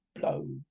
blow